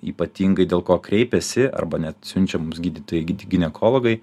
ypatingai dėl ko kreipiasi arba net siunčia mums gydytojai ginekologai